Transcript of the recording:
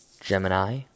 Gemini